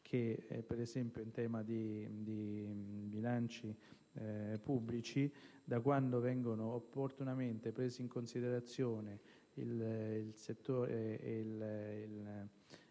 che, ad esempio, in tema di bilanci pubblici, da quando vengono opportunamente presi in considerazione il settore del